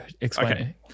Explain